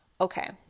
okay